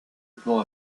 hautement